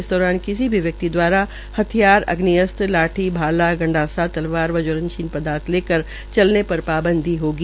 इस दौरान किसी भी व्यक्ति दवारा हथियार अग्नि अस्त्र लाठी भाला गंडासा तलवार या ज्वलशील पदार्थो लेकर कर चलने पर पांबदी रहेगी